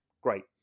Great